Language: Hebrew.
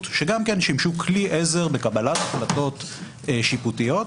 ששיבשו כלי עזר בקבלת החלטות שיפוטיות,